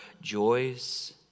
joys